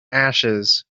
ashes